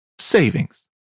savings